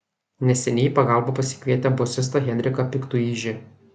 neseniai į pagalbą pasikvietę bosistą henriką piktuižį